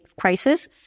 crisis